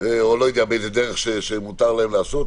או בדרך שמותר להם לעשות.